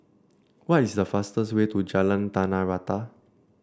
what is the fastest way to Jalan Tanah Rata